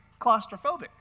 claustrophobic